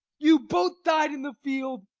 you both died in the field.